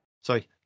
sorry